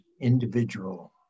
individual